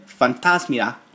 Fantasmia